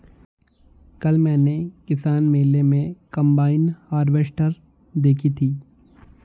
कल मैंने किसान मेले में कम्बाइन हार्वेसटर देखी थी